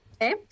okay